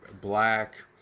black